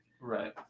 Right